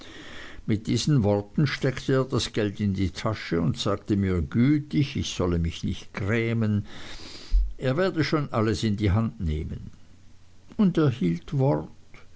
mit diesen worten steckte er das geld in die tasche und sagte mir gütig ich solle mich nicht grämen er werde schon alles in die hand nehmen er hielt wort